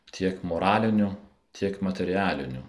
tiek moralinių tiek materialinių